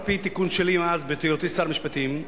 על-פי תיקון שלי בהיותי שר המשפטים,